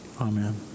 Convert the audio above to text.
Amen